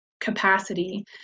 capacity